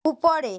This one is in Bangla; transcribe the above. উপরে